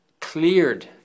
cleared